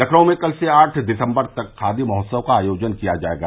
लखनऊ में कल से आठ दिसम्बर तक खादी महोत्सव का आयोजन किया जायेगा